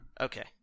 Okay